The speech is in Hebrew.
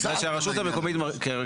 בגלל שהרשות המקומית,